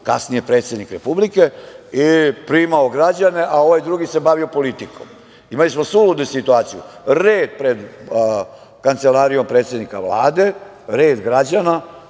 kasnije predsednik Republike, i primao građane, a ovaj drugi se bavio politikom. Imali smo suludu situaciju, red pred Kancelarijom predsednika Vlade, red građana